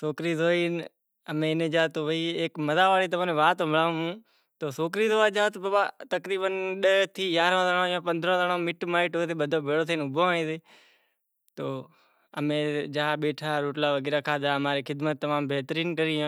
سوکری زونوا۔ مزے واڑی تمیں وات ہنبھڑانڑاں کہ سوکری زووا گیا داہ جنڑا پندرانہں جنڑا مٹ مائیٹ اوبھا تھے گیا تو کہیں سے تو امیں گیا بیٹھا روٹلا کھادہا اماں ری خدمت بہترین کری۔